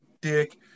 dick